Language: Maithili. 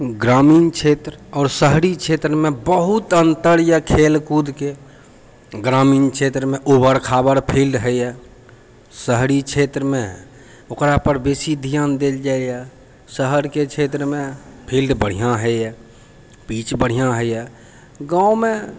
ग्रामीण क्षेत्र आओर शहरी क्षेत्रमे बहुत अन्तर यऽ खेल कूदके ग्रामीण क्षेत्रमे उबर खाबर फील्ड होइए शहरी क्षेत्रमे ओकरापर बेसी ध्यान देल जाइए शहरके क्षेत्रमे फील्ड बढ़िआँ होइए पिच बढ़िआँ होइए गाँवमे